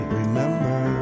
remember